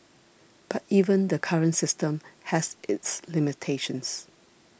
but even the current system has its limitations